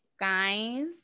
Guys